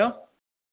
भईया टिकिट